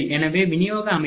எனவே விநியோக அமைப்பு